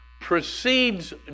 precedes